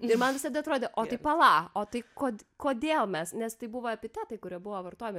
ir man visada atrodė o tai pala o tai kod kodėl mes nes tai buvo epitetai kurie buvo vartojami